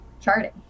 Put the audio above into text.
charting